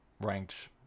ranked